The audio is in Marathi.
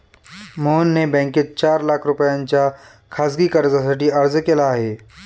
मोहनने बँकेत चार लाख रुपयांच्या खासगी कर्जासाठी अर्ज केला आहे